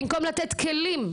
במקום לתת כלים,